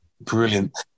Brilliant